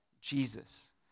Jesus